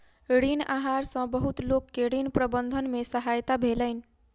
ऋण आहार सॅ बहुत लोक के ऋण प्रबंधन में सहायता भेलैन